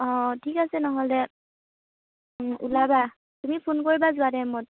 অঁ ঠিক আছে নহ'লে ওলাবা তুমি ফোন কৰিবা যোৱা টাইমত